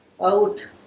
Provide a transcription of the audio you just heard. out